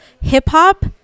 hip-hop